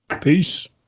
Peace